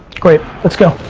great, let's go.